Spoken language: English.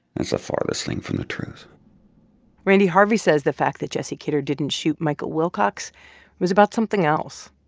that's the farthest thing from the truth randy harvey says the fact that jesse kidder didn't shoot michael wilcox was about something else.